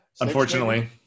Unfortunately